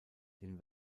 den